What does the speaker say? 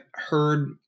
Heard